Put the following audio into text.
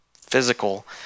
physical